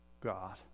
God